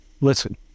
listen